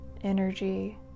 energy